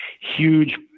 huge